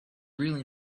really